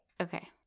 Okay